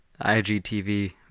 IGTV